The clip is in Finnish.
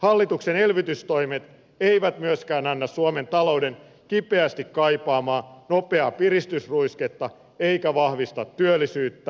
hallituksen elvytystoimet eivät myöskään anna suomen talouden kipeästi kaipaamaa nopeaa piristysruisketta eivätkä vahvista työllisyyttä